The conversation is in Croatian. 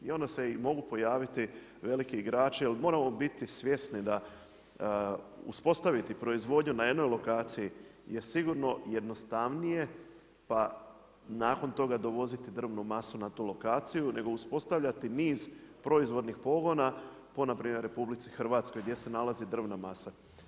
I onda se i mogu pojaviti veliki igrači jer moramo biti svjesni da uspostaviti proizvodnju na jednoj lokaciji je sigurno jednostavnije pa nakon toga dovoziti drvnu masu na tu lokaciju nego uspostavljati niz proizvodnih pogona ponajprije RH gdje se nalazi drvna masa.